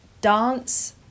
dance